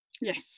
yes